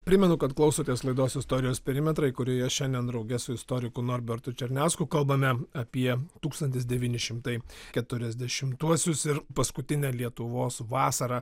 primenu kad klausotės laidos istorijos perimetrai kurioje šiandien drauge su istoriku norbertu černiausku kalbame apie tūkstantis devyni šimtai keturiasdešimtuosius ir paskutinę lietuvos vasarą